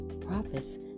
prophets